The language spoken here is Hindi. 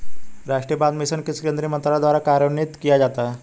राष्ट्रीय बांस मिशन किस केंद्रीय मंत्रालय द्वारा कार्यान्वित किया जाता है?